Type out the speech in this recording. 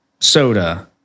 soda